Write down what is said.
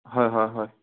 হয় হয় হয়